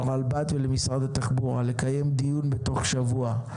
לרלב"ד ולמשרד התחבורה, לקיים דיון בתוך שבוע,